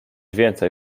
więcej